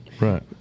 right